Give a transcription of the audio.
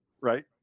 right